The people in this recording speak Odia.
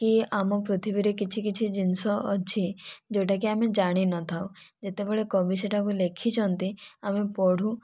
କି ଆମ ପୃଥିବୀ ରେ କିଛି କିଛି ଜିନିଷ ଅଛି ଯେଉଁଟା କି ଆମେ ଜାଣି ନଥାଉ ଯେତେବେଳେ କବି ସେଇଟା କୁ ଲେଖିଛନ୍ତି ଆମେ ପଢ଼ୁ